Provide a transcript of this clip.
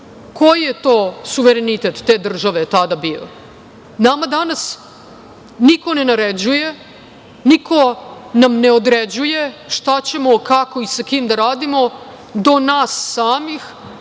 Koji je to suverenitet te države tada bio? Nama danas niko ne naređuje, niko nam ne određuje šta ćemo, kako i sa kim da radimo, do nas samih,